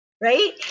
right